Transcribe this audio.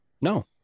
No